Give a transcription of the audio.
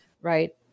right